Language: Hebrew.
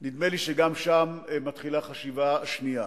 נדמה לי שגם שם מתחילה חשיבה שנייה.